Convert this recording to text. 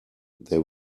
they